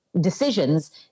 decisions